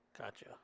Gotcha